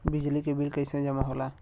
बिजली के बिल कैसे जमा होला?